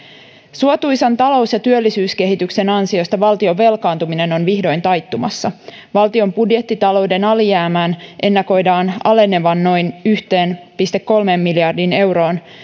suotuisan talous ja työllisyyskehityksen ansiosta valtion velkaantuminen on vihdoin taittumassa valtion budjettitalouden alijäämän ennakoidaan alenevan noin yhteen pilkku kolmeen miljardiin euroon